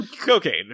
Cocaine